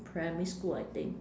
primary school I think